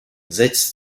setzt